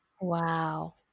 Wow